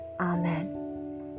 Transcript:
Amen